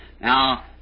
Now